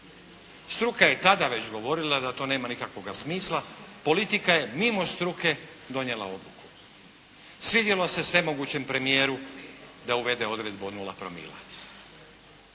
Struka je tada već govorila da to nema nikakvoga smisla, politika je mimo struke donijela odluku. Svidjelo se svemogućem premijeru da uvede odredbu o nula promila.